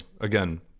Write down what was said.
again